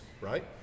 right